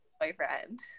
Boyfriend